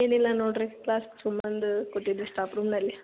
ಏನಿಲ್ಲ ನೋಡಿರಿ ಕ್ಲಾಸ್ಗೆ ಸುಮ್ಮ ಬಂದು ಕೂತಿದ್ದು ರೀ ಸ್ಟಾಫ್ ರೂಮ್ನಲ್ಲಿ